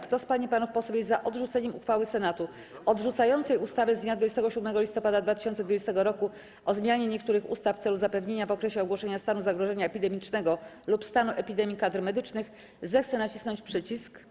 Kto z pań i panów posłów jest za odrzuceniem uchwały Senatu odrzucającej ustawę z dnia 27 listopada 2020 r. o zmianie niektórych ustaw w celu zapewnienia w okresie ogłoszenia stanu zagrożenia epidemicznego lub stanu epidemii kadr medycznych, zechce nacisnąć przycisk.